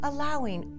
Allowing